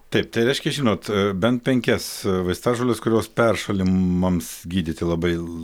taip tai reiškia žinot bent penkias vaistažoles kurios peršalimams gydyti labai